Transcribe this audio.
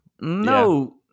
No